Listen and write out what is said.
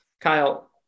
Kyle